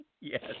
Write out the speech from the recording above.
Yes